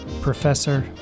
professor